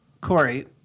Corey